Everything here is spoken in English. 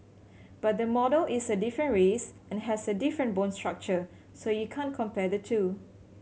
but the model is a different race and has a different bone structure so you can't compare the two